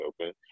open